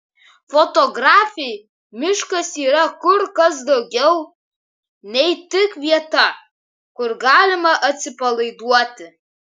fotografei miškas yra kur kas daugiau nei tik vieta kur galima atsipalaiduoti